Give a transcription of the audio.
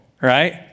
right